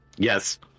Yes